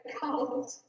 cold